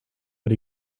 but